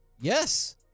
Yes